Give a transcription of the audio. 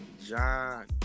John